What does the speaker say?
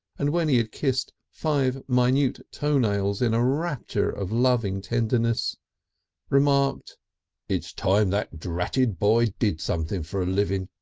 and when he had kissed five minute toe-nails in a rapture of loving tenderness remarked it's time that dratted boy did something for a living.